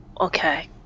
Okay